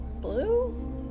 Blue